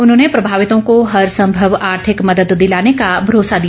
उन्होंने प्रभावितों को हरसंभव आर्थिक मदद ँदिलाने का भरोसा दिया